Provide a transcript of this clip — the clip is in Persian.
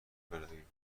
برویم